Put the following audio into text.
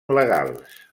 legals